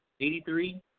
83